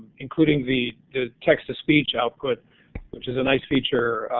including the the text to speech output which is nice feature.